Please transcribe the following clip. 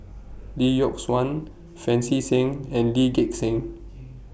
Lee Yock Suan Pancy Seng and Lee Gek Seng